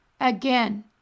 Again